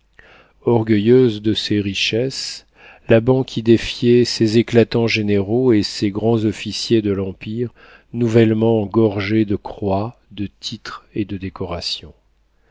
orgueilleuse de ses richesses la banque y défiait ces éclatants généraux et ces grands-officiers de l'empire nouvellement gorgés de croix de titres et de décorations